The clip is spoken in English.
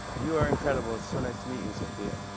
you are incredible. it's so nice to meet you, sophia.